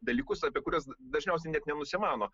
dalykus apie kuriuos dažniausiai net nenusimano